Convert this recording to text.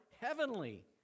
heavenly